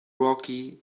rocky